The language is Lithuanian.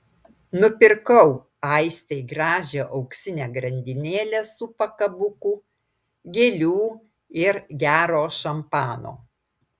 nupirkau aistei gražią auksinę grandinėlę su pakabuku gėlių ir gero šampano